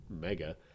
mega